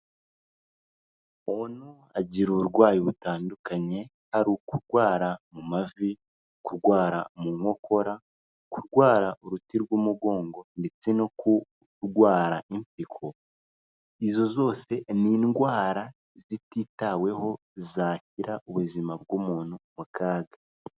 Umuntu agira uburwayi butandukanye, hari ukurwara mu mavi, kurwara mu nkokora, kurwara uruti rw'umugongo, ndetse no kurwara impyiko, izo zose n'indwara zititaweho zashyira ubuzima bw'umuntu mu kaga.